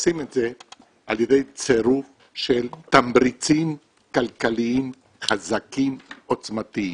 עושים את זה על ידי צירוף של תמריצים כלכליים חזקים עוצמתיים.